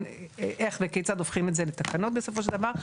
איך וכיצד הופכים את זה לתקנות בסופו של דבר.